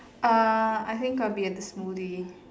uh I think I'll be at the smoothie